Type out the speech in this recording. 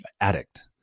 addict